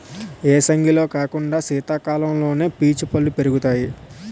ఏసంగిలో కాకుండా సీతకాలంలోనే పీచు పల్లు పెరుగుతాయి